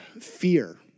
fear